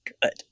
good